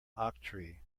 octree